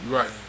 Right